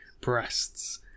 breasts